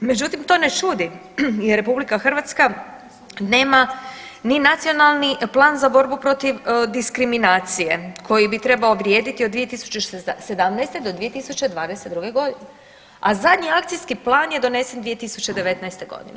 Međutim, to ne čudi jer RH nema ni nacionalni plan za borbu protiv diskriminacije koji bi trebao vrijediti od 2017. do 2022. godine, a zadnji akcijski plan je donesen 2019. godine.